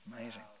Amazing